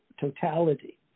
totality